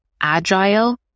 Agile